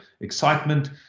excitement